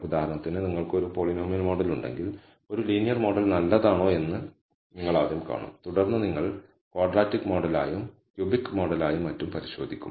ഉദാഹരണത്തിന് നിങ്ങൾക്ക് ഒരു പോളിനോമിയൽ മോഡൽ ഉണ്ടെങ്കിൽ ഒരു ലീനിയർ മോഡൽ നല്ലതാണോ എന്ന് നിങ്ങൾ ആദ്യം കാണും തുടർന്ന് നിങ്ങൾ ക്വാഡ്രാറ്റിക് മോഡലായും ക്യൂബിക് മോഡലായും മറ്റും പരിശോധിക്കും